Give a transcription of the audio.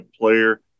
player